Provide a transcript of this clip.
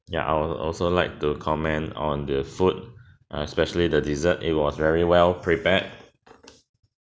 ya I would also like to comment on the food especially the dessert it was very well prepared